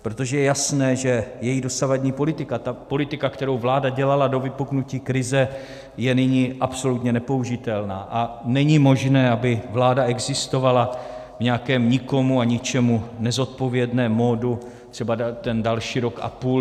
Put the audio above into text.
Protože je jasné, že jejich dosavadní politika, politika, kterou vláda dělala do vypuknutí krize, je nyní absolutně nepoužitelná a není možné, aby vláda existovala v nějakém nikomu a ničemu nezodpovědném modu další rok a půl.